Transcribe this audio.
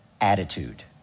Attitude